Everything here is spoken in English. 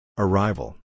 Arrival